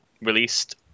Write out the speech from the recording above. released